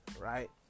Right